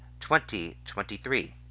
2023